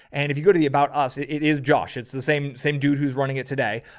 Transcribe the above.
and if you go to the, about us, it is josh. it's the same, same dude. who's running it today.